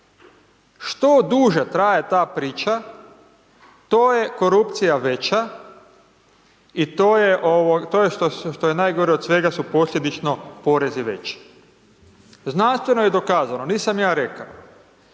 što duže traje ta priča, to je korupcija veća i to je, što je najgore od svega su posljedično porezi veći. Znanstveno je dokazano, nisam ja rekao